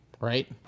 Right